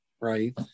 right